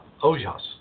ojas